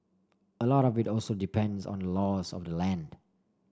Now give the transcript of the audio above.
a lot of it also depends on laws of the land